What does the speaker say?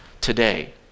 today